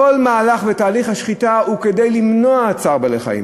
כל מהלך בתהליך השחיטה הוא כדי למנוע צער בעלי-חיים,